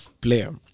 player